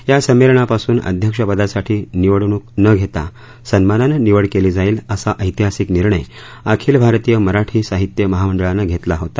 या संमेलनापासून अ य पदासाठी निवडणूक न घेता स मानानं निवड केली जाईल असा ऐतिहासिक निणय अखिल भारतीय मराठी साहि य महामंडळानं घेतला होता